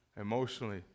emotionally